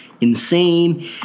insane